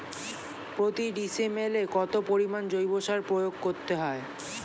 প্রতি ডিসিমেলে কত পরিমাণ জৈব সার প্রয়োগ করতে হয়?